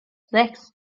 sechs